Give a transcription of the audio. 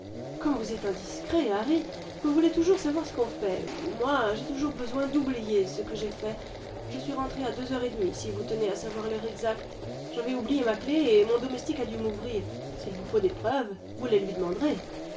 comme vous êtes indiscret harry i vous voulez toujours savoir ce qu'on fait moi j'ai toujours besoin d'oublier ce que j'ai fait je suis rentré à deux heures et demie si vous tenez à savoir l'heure exacte j'avais oublié ma clef et mon domestique a dû m'ouvrir s'il vous faut des preuves vous les lui demanderez